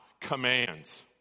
commands